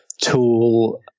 tool